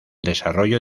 desarrollo